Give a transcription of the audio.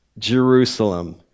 Jerusalem